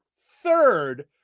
third